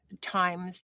times